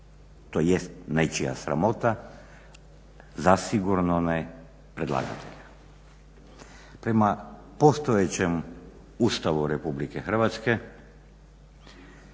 tj. nečija sramota zasigurno ne predlagatelja. Prema postojećem Ustavu Republike Hrvatske